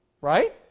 Right